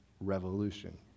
revolution